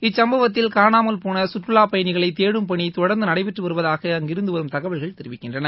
இச்சும்பவத்தில் காணாமல போன சுற்றுலாப் பயணிகைள தேடும் பணி தொடர்நது நடைபெற்று வருவதாக அங்கிருந்து வரும் தகவல்கள் தெரிவிக்கின்றன